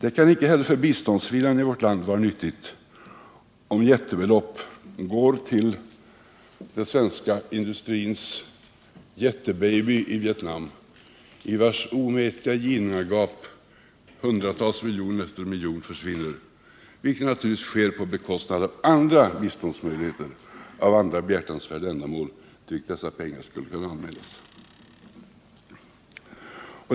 Det kan icke heller för biståndsviljan i vårt land vara nyttigt att jättebelopp går till den svenska industrins jättebaby i Vietnam, i vars omättliga ginnungagap hundratals och åter hundratals miljoner försvinner, vilket naturligtvis sker på bekostnad av möjligheterna att lämna bistånd till andra behjärtansvärda ändamål, för vilka dessa pengar skulle kunna användas.